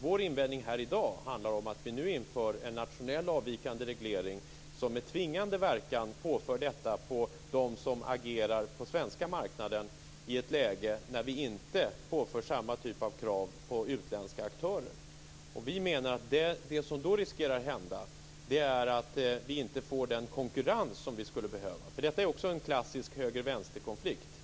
Vår invändning i dag handlar om att vi nu inför en nationell avvikande reglering. Med tvingande verkan påförs detta dem som agerar på den svenska marknaden i ett läge när inte samma krav påförs utländska aktörer. Vi menar att det finns en risk att det inte blir den konkurrens som skulle behövas. Det här är ju också en klassisk konflikt mellan högern och vänstern.